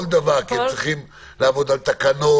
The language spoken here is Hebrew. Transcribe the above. כל דבר, כי הם צריכים לעבוד על תקנות.